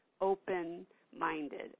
Open-minded